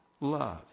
love